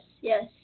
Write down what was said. yes